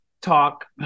talk